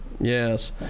Yes